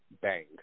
bang